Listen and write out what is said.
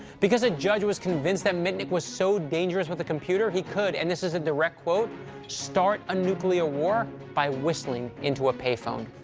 because a judge was convinced that mitnick was so dangerous with a computer, he could and this is a direct quote start a nuclear war by whistling into a pay phone.